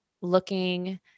looking